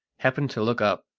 happened to look up,